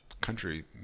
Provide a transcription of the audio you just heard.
country